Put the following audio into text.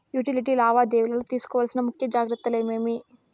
Utility లావాదేవీల లో తీసుకోవాల్సిన ముఖ్య జాగ్రత్తలు ఏమేమి?